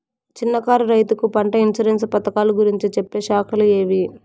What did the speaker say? చిన్న కారు రైతుకు పంట ఇన్సూరెన్సు పథకాలు గురించి చెప్పే శాఖలు ఏవి?